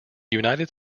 united